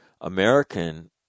American